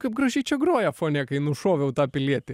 kaip gražiai čia groja fone kai nušoviau tą pilietį